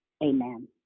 amen